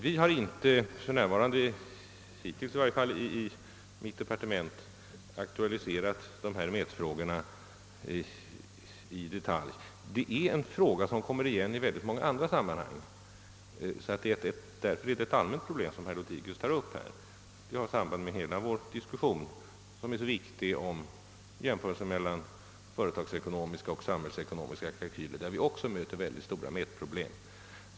Vi har i varje fall i mitt departement inte hittills aktualiserat dessa mätfrågor i detalj. De kommer emellertid igen i många sammanhang, och det är alltså ett allmänt problem som herr Lothigius nu tar upp. Det har samband med hela vår väsentliga diskussion om jämförelser mellan företagsekonomiska och samhällsekonomiska kalkyler. Där möter vi också mycket stora mätproblem.